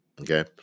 Okay